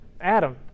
Adam